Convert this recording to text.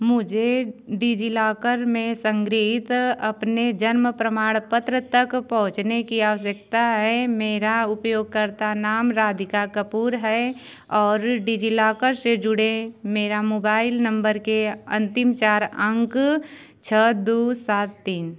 मुझे डिज़िलॉकर में संग्रहीत अपने जन्म प्रमाण पत्र तक पहुँचने की आवश्यकता है मेरा उपयोगकर्ता नाम राधिका कपूर है और डिज़िलॉकर से जुड़े मेरे मोबाइल नम्बर के अन्तिम चार अंक छह दो सात तीन है